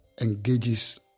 engages